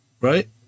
right